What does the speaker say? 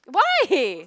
why